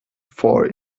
for